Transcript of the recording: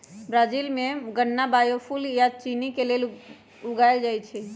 Brazil में गन्ना biofuel आ चिन्नी के लेल उगाएल जाई छई